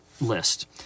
list